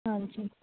ਹਾਂਜੀ